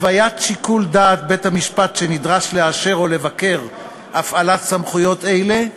התוויית שיקול דעת בית-המשפט שנדרש לאשר או לבקר הפעלת סמכויות אלה,